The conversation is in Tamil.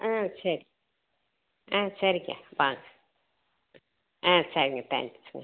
ஆ சரி ஆ சரிங்க வாங்க ஆ சரிங்க தேங்க்ஸ்ங்க